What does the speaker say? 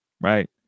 right